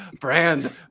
brand